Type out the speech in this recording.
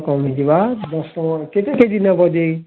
କମିଯିବା ଦଶ୍ ଟଙ୍କା କେତେ କେଜି ନେବ ଯେ